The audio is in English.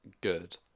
good